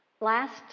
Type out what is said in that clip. Last